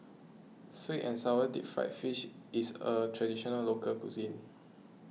Sweet and Sour Deep Fried Fish is a Traditional Local Cuisine